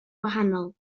gwahanol